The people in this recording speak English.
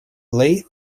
lathe